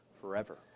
forever